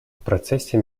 процессе